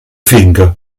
finca